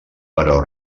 però